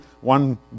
one